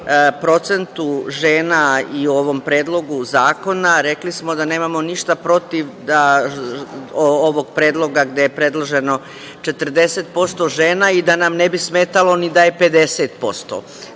procentu žena i o ovom predlogu zakona, rekli smo da nemamo ništa protiv ovog predloga gde je predloženo 40% žena i da nam ne bi smetalo ni da je